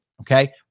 Okay